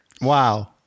Wow